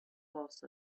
caused